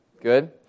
Good